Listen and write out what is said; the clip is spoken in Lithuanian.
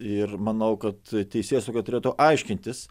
ir manau kad teisėsauga turėtų aiškintis